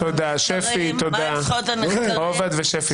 תודה רבה, עובד ושפי.